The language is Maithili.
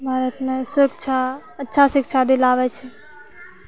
भारतमे शिक्षा अच्छा शिक्षा दिलाबै छै